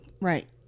Right